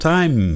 Time